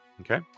Okay